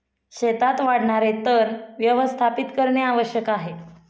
शेतात वाढणारे तण व्यवस्थापित करणे आवश्यक आहे